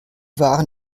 waren